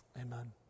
Amen